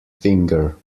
finger